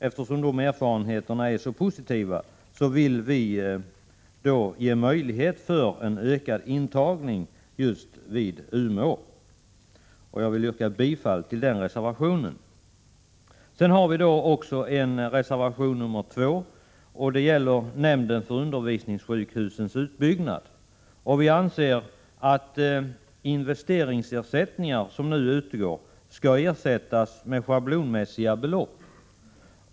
Eftersom dessa erfarenheter är så positiva vill vi ge möjlighet för en ökad intagning just vid Umeå. Jag yrkar bifall till reservation 1. Sedan har vi också en reservation om nämnden för undervisningssjukhusens utbyggnad. Vi anser att de investeringsersättningar som nu utgår bör ersättas med schablonmässiga belopp.